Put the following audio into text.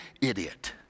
idiot